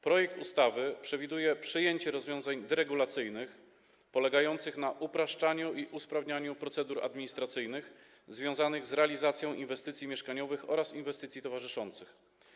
Projekt ustawy przewiduje przyjęcie rozwiązań deregulacyjnych polegających na upraszczaniu i usprawnianiu procedur administracyjnych związanych z realizacją inwestycji mieszkaniowych oraz inwestycji towarzyszących.